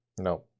No